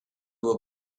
will